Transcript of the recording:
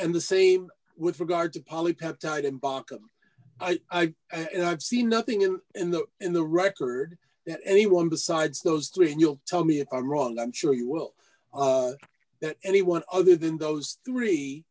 and the same with regard to poly peptide in bochum and i've seen nothing in in the in the record that anyone besides those three and you'll tell me if i'm wrong i'm sure you will that anyone other than those three